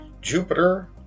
Jupiter